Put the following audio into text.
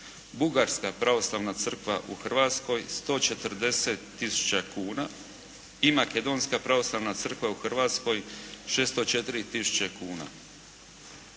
Bugarska pravoslavna crkva u Hrvatskoj 140 tisuća kuna. I makedonska pravoslavna crkva u Hrvatskoj 604 000 kuna.